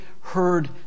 heard